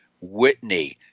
Whitney